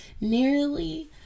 nearly